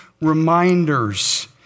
reminders